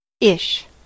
Ish